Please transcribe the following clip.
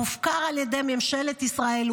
מופקר על ידי ממשלת ישראל,